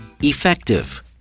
effective